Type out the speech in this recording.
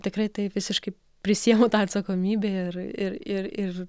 tikrai taip visiškai prisiimu tą atsakomybę ir ir ir ir